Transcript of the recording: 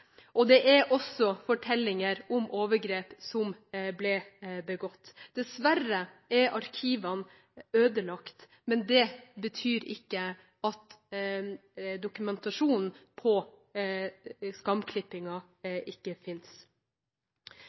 og det er også fortellinger om overgrep som ble begått. Dessverre er arkivene ødelagt, men det betyr ikke at dokumentasjon av skamklippingen ikke finnes.